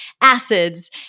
acids